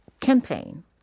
campaign